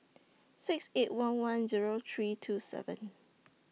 six eight one one Zero three two seven